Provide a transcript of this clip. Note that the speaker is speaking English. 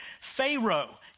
Pharaoh